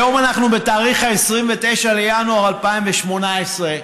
היום אנחנו בתאריך 29 בינואר 2018,